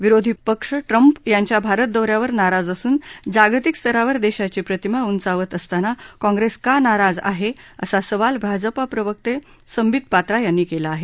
विरोधी पक्ष ट्रंप यांच्या भारत दौऱ्यावर नाराज असून जागतिक स्तरावर देशाची प्रतिमा उंचावत असताना काँग्रेस का नाराज आहे असा सवाल भाजपा प्रवक्ते संबित पात्रा यांनी केला आहे